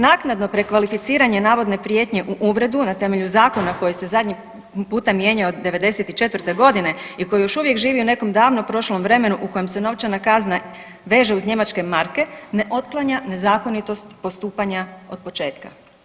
Naknadno prekvalificiranje navodne prijetnje u uvredu na temelju zakona koji se zadnji puta mijenjao '94.g. i koji još uvijek živi u nekom davno prošlom vremenu u kojem se novčana kazna veže uz njemačke marke ne otklanja nezakonitost postupanja od početka.